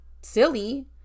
silly